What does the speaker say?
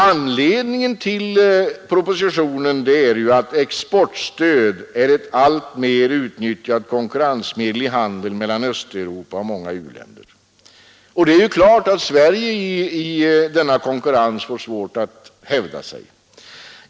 Anledningen till propositionen är att exportstöd är ett alltmer utnyttjat konkurrensmedel i handeln mellan Östeuropa och många u-länder. Det är klart att Sverige i denna konkurrens får svårt att hävda sig.